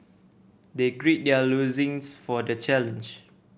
they grid their loins for the challenge